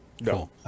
No